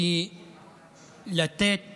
כי לתת